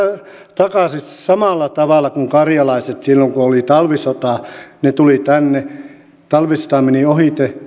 takaisin samalla tavalla kuin karjalaiset silloin kun oli talvisota ne tulivat tänne talvisota meni ohitse